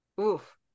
Oof